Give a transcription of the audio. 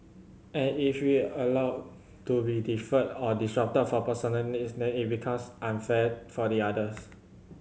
and if we allow to be deferred or disrupted for personal needs then it becomes unfair for the others